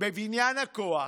בבניין הכוח,